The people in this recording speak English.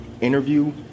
interview